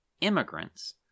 immigrants